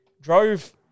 drove